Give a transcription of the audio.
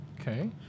Okay